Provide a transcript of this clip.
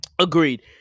Agreed